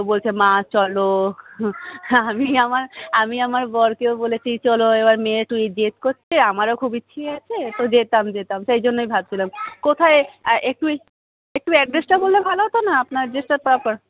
ও বলছে মা চলো আমি আমার আমি আমার বরকেও বলেছি চলো এবার মেয়ে একটু এই জেদ করছে আমারও খুব ইচ্ছে আছে তো যেতাম যেতাম সেই জন্যই ভাবছিলাম কোথায় একটু ওই একটু অ্যাড্রেসটা বললে ভালো হতো না আপনার অ্যাড্রেসটা প্রপার